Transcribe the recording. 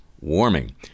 warming